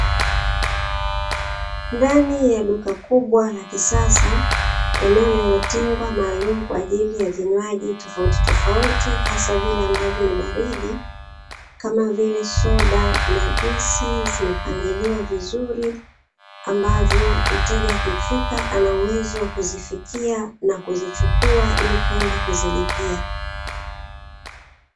Ndani ya duka kubwa la kisasa, eneo lililotengwa maalumu kwa ajili ya vinywaji tofautitofauti hasa vile ambavyo ni baridi, kama vile soda na juisi zimepangiliwa vizuri, ambavyo mteja akifika ana uwezo wa kuzifikia na kuzichukua ili kwenda kuzilipia.